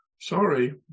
Sorry